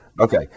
okay